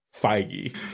feige